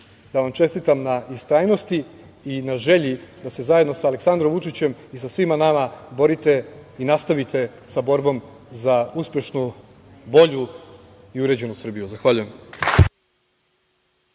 da vam čestitam na istrajnosti i na želji da se zajedno sa Aleksandrom Vučićem i sa svima nama borite i nastavite sa borbom za uspešnu, bolju i uređenu Srbiju. Zahvaljujem.